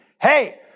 Hey